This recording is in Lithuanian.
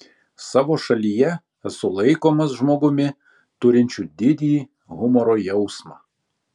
savo šalyje esu laikomas žmogumi turinčiu didį humoro jausmą